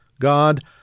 God